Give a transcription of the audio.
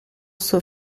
suo